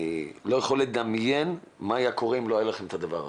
אני לא יכול לדמיין מה היה קורה אם לא היה לכם את הדבר הזה.